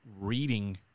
reading